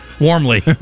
warmly